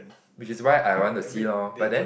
which is why I want to see lor but then